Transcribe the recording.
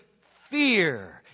fear